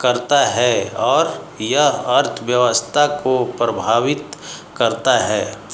करता है और यह अर्थव्यवस्था को प्रभावित करता है